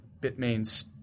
Bitmain's